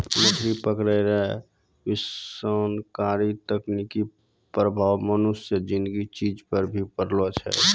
मछली पकड़ै रो विनाशकारी तकनीकी प्रभाव मनुष्य ज़िन्दगी चीज पर भी पड़ै छै